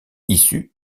issu